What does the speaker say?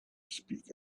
speak